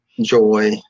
joy